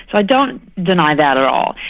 i don't deny that at all.